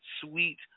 sweet